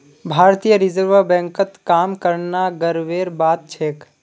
भारतीय रिजर्व बैंकत काम करना गर्वेर बात छेक